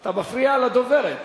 אתה מפריע לדוברת.